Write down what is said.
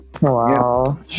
Wow